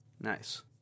Nice